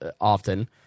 often